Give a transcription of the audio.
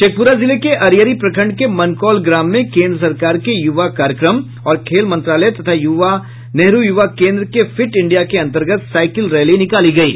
शेखपुरा जिले के अरियरी प्रखंड के मनकौल ग्राम में केन्द्र सरकार के युवा कार्यक्रम और खेल मंत्रालय तथा नेहरू युवा केंद्र के फिट इंडिया के अनतर्गत साईकिल रैली निकाली गयी